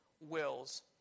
wills